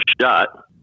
shot